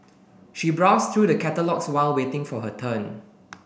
she browsed through the catalogues while waiting for her turn